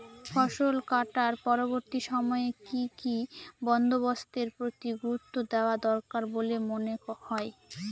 ফসলকাটার পরবর্তী সময়ে কি কি বন্দোবস্তের প্রতি গুরুত্ব দেওয়া দরকার বলে মনে হয়?